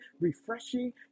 refreshing